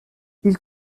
ils